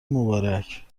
مبارک